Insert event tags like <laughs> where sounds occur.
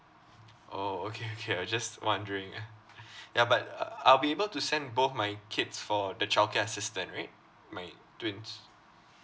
orh okay okay <laughs> I was just wondering ah ya but uh I'll be able to send both my kids for the childcare assistance right my twins